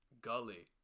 Gully